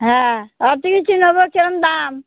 হ্যাঁ কিরম দাম